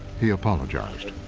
he apologized.